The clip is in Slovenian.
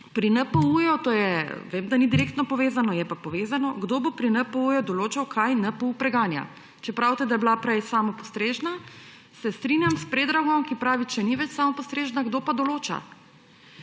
pri NPU − vem da ni direktno povezano, je pa povezano − kdo bo pri NPU določal, kaj NPU preganja. Če pravite, da je bila prej samopostrežna, se strinjam s Predragom, ki pravi, če ni več samopostrežna, kdo pa določa.